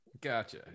gotcha